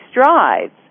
strides